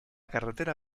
carretera